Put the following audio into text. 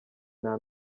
nta